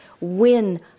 win